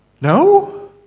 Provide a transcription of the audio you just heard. No